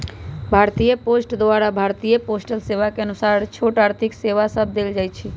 भारतीय पोस्ट द्वारा भारतीय पोस्टल सेवा के अनुसार छोट आर्थिक सेवा सभ देल जाइ छइ